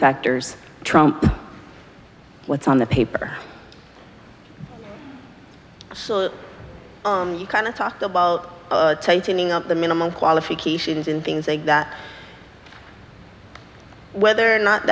factors trump what's on the paper so you kind of talked about tightening up the minimum qualifications and things like that whether or not